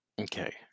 Okay